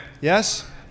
Yes